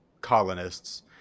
colonists